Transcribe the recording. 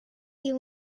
you